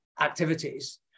activities